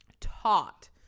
Taught